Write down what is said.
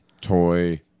Toy